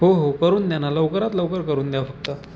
हो हो करून द्या ना लवकरात लवकर करून द्या फक्त